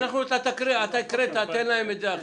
אתה הקראת, תן להם את זה עכשיו.